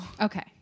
Okay